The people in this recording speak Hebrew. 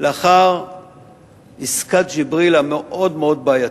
לאחר עסקת ג'יבריל המאוד-מאוד בעייתית.